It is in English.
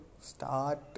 start